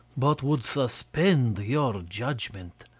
but would suspend your judgment.